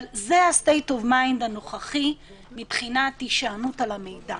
זה הסטייט אוף מיינד הנוכחי מבחינת הישענות על המידע.